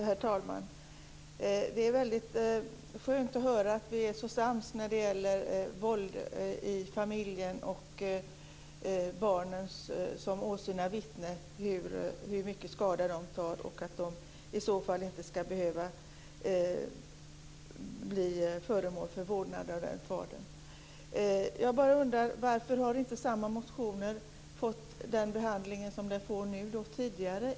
Herr talman! Det är väldigt skönt att höra att vi är så sams när det gäller våld i familjen, hur mycket skada barnen tar som åsyna vittne och att de i så fall inte ska behöva bli föremål för vårdnad av den fadern. Jag bara undrar varför inte samma motioner har fått den behandling de nu får tidigare.